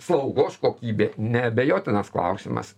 slaugos kokybė neabejotinas klausimas